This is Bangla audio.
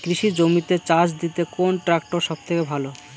কৃষি জমিতে চাষ দিতে কোন ট্রাক্টর সবথেকে ভালো?